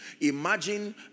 imagine